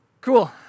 Cool